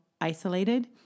isolated